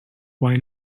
why